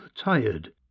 tired